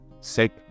set